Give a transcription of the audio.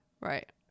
Right